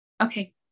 Okay